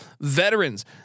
veterans